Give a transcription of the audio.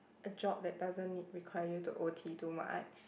a job that doesn't need require you to o_t too much